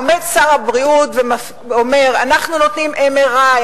עומד שר הבריאות ואומר: אנחנו נותנים MRI,